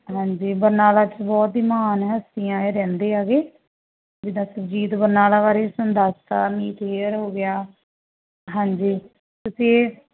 ਹਾਂਜੀ ਬਰਨਾਲਾ 'ਚ ਬਹੁਤ ਹੀ ਮਹਾਨ ਹਸਤੀਆਂ ਰਹਿੰਦੇ ਆਗੇ ਜਿੱਦਾਂ ਸੁਰਜੀਤ ਬਰਨਾਲਾ ਬਾਰੇ ਤੁਹਾਨੂੰ ਦੱਸਤਾ ਮੀਤ ਹੇਅਰ ਹੋ ਗਿਆ ਹਾਂਜੀ ਤੁਸੀਂ ਇਹ